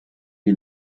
die